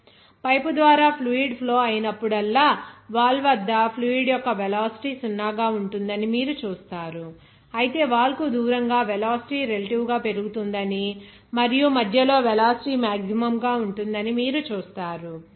FA ∝dudy పైపు ద్వారా fluid flow అయినప్పుడల్లా వాల్ వద్ద ఫ్లూయిడ్ యొక్క వెలాసిటీ సున్నాగా ఉంటుందని మీరు చూస్తారు అయితే వాల్ కు దూరంగా వెలాసిటీ రెలెటివ్ గా పెరుగుతుందని మరియు మధ్యలో వెలాసిటీ మాక్సిమమ్ గా ఉంటుందని మీరు చూస్తారు